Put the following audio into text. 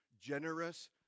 generous